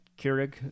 Keurig